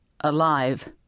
alive